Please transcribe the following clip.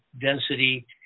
density